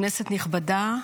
כנסת נכבדה,